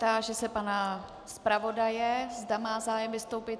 Táži se pana zpravodaje, zda má zájem vystoupit.